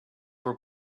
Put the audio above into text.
were